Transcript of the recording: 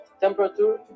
temperature